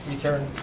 adjourn.